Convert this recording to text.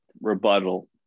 rebuttal